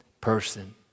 person